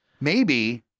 Maybe-